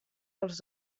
dels